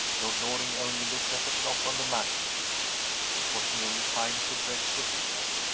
lord loring only looked at the clock on the mantel-piece it was nearly time to dress for dinner.